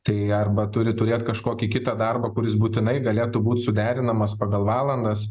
tai arba turi turėt kažkokį kitą darbą kuris būtinai galėtų būt suderinamas pagal valandas